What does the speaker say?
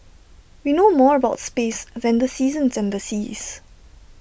we know more about space than the seasons and seas